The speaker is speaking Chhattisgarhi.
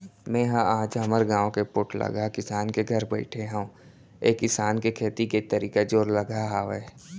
मेंहा आज हमर गाँव के पोठलगहा किसान के घर बइठे हँव ऐ किसान के खेती करे के तरीका जोरलगहा हावय